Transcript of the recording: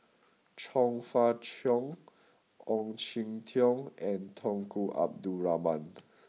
Chong Fah Cheong Ong Jin Teong and Tunku Abdul Rahman